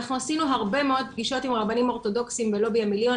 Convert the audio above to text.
אנחנו עשינו הרבה מאוד פגישות עם רבנים אורתודוכסים "בלובי המיליון",